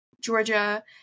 Georgia